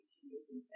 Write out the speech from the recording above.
continues